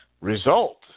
result